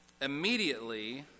Immediately